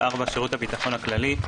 (4)שירות הביטחון הכללי,